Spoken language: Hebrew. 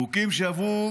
חוקים שיעברו